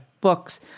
books